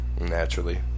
Naturally